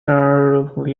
leonard